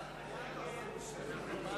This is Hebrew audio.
התשס"ט 2009,